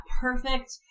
perfect